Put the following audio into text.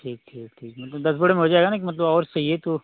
ठीक ठीक ठीक मतलब दस बोरे में हो जाएगा ना कि मतलब और चाहिए तो